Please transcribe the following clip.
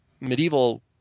medieval